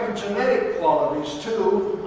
epigenetic qualities too.